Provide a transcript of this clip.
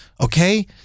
Okay